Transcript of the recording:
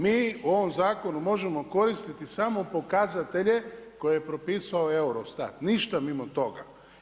Mi u ovom zakonu možemo koristiti samo pokazatelje koje je propisao EUROSTAT ništa mimo toga.